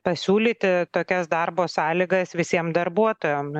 pasiūlyti tokias darbo sąlygas visiem darbuotojam